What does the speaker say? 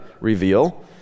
reveal